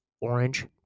orange